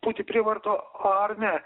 pūti prievarta ar ne